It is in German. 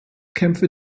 kämpfe